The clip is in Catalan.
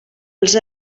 els